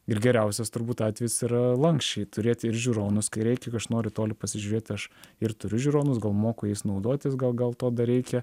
ir geriausias turbūt atvejis yra lanksčiai turėti ir žiūronus kai reikia kai aš noriu toli pasižiūrėti aš ir turiu žiūronus gal moku jais naudotis gal gal to dar reikia